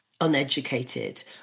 uneducated